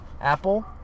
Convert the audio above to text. Apple